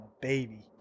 baby